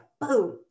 boom